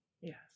yes